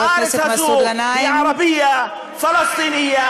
הארץ הזאת היא (אומר בערבית: ערבית, פלסטינית.